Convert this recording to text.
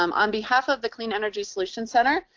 um on behalf of the clean energy solutions center,